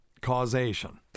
causation